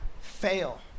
fail